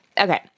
Okay